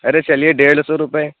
ارے چلیے ڈیڑھ سو روپئے